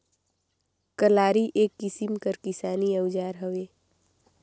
कलारी एक किसिम कर किसानी अउजार हवे